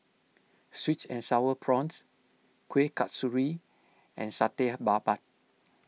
Sweet and Sour Prawns Kueh Kasturi and Satay Babat